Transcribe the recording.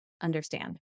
understand